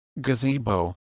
gazebo